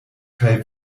kaj